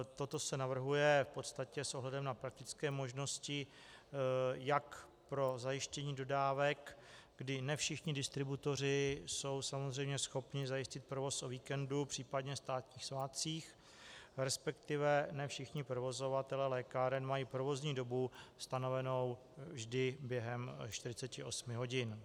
Toto se navrhuje v podstatě s ohledem na praktické možnosti jak pro zajištění dodávek, kdy ne všichni distributoři jsou samozřejmě schopni zajistit provoz o víkendu, případně státních svátcích, resp. ne všichni provozovatelé lékáren mají provozní dobu stanovenou vždy během 48 hodin.